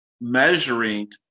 measuring